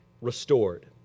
restored